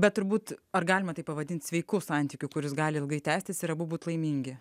bet turbūt ar galima taip pavadint sveiku santykiu kuris gali ilgai tęstis ir abu būt laimingi